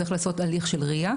צריך לעשות הליך של ריא,